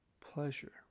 pleasure